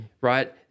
right